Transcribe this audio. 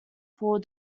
four